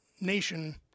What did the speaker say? nation